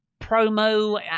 promo